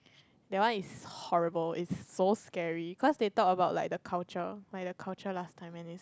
that one is horrible it's so scary cause they talk about like the culture like the culture last time and it's